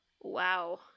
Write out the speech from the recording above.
Wow